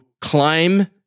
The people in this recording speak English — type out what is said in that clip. climb